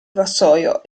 vassoio